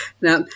Now